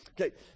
Okay